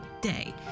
day